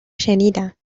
شنیدم